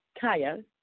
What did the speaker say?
Kaya